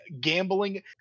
gambling